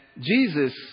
Jesus